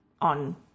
on